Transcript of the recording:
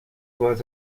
باعث